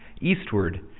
eastward